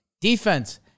Defense